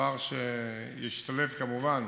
דבר שישתלב, כמובן,